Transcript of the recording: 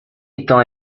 étant